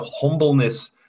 humbleness